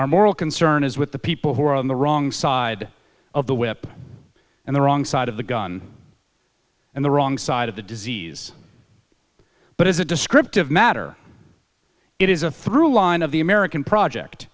our moral concern is with the people who are on the wrong side of the whip and the wrong side of the gun and the wrong side of the disease but as a descriptive matter it is a through line of the american project